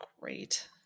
Great